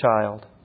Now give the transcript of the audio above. child